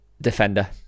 Defender